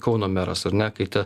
kauno meras ar ne kai ta